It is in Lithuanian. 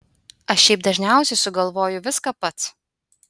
aš šiaip dažniausiai sugalvoju viską pats